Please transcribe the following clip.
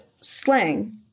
slang